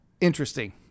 interesting